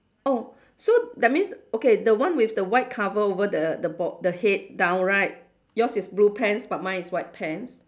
oh so that means okay the one with the white cover over the the ba~ the head down right yours is blue pants but mine is white pants